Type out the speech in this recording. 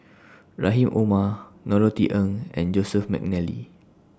Rahim Omar Norothy Ng and Joseph Mcnally